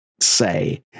say